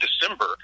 December